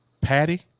patty